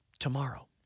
tomorrow